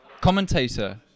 commentator